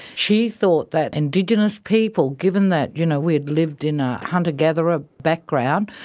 she thought that indigenous people, given that you know we'd lived in a hunter-gatherer ah background,